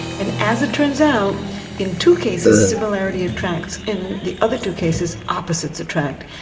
and as it turns out in two cases similarity attracts, in the other two cases opposites attract.